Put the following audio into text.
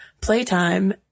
Playtime